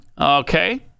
Okay